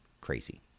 crazy